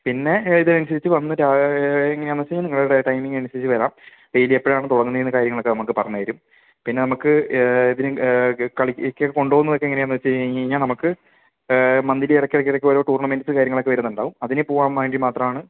പിന്നെ ഇതനുസരിച്ച് വന്ന് ഈങ്ങനാണ് വെച്ചാൽ നിങ്ങളുടെ ടൈമിംഗ് അനുസരിച്ച് വരാം ഡെയിലി എപ്പോഴാണ് തുടങ്ങണെ കാര്യങ്ങളക്കെ നമുക്ക് പറഞ്ഞ് തരും പിന്നെ നമുക്ക് ഇതിനു കളിക്കക്കെ കൊണ്ട് പോകുന്നതക്കെ എങ്ങനെയാന്ന് വെച്ച് കഴിഞ്ഞ് കഴിഞ്ഞാൽ നമുക്ക് മന്ത്ലി ഇടക്കിടക്കക്കെ ഓരോ ടൂർണ്ണമെന്റ് കാര്യങ്ങളൊക്കെ വരുന്നുണ്ടാവും അതിന് പോകാൻ വേണ്ടി മാത്രാണ്